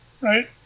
right